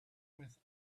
with